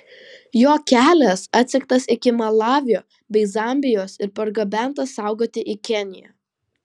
jo kelias atsektas iki malavio bei zambijos ir pargabentas saugoti į keniją